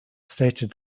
stated